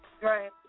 right